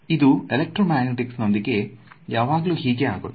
ಇದು ಎಲೆಕ್ಟ್ರೋಮ್ಯಾಗ್ನೆಟಿಕ್ಸ್ ನೊಂದಿಗೆ ಯಾವಾಗ್ಲೂ ಹೀಗೆ ಆಗುವುದು